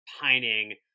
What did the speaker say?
pining